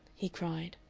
he cried.